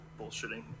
bullshitting